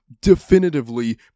definitively